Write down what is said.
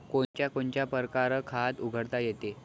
कोनच्या कोनच्या परकारं खात उघडता येते?